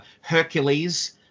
Hercules